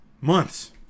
months